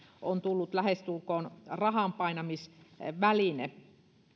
on tullut lähestulkoon rahanpainamisväline